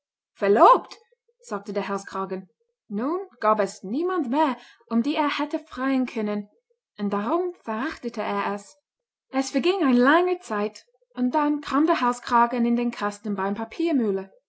verlobt sagte der halskragen nun gab es niemand mehr um die er hätte freien können und darum verachtete er es es verging eine lange zeit und dann kam der halskragen in den kasten beim